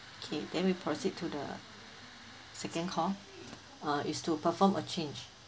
okay then we proceed to the second call uh is to perform a change